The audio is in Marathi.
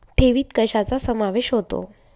ठेवीत कशाचा समावेश होतो?